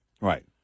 Right